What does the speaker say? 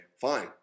fine